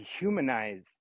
dehumanize